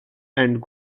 and